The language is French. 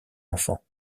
enfant